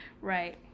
Right